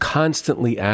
constantly